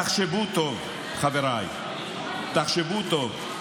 תחשבו טוב, חבריי, תחשבו טוב.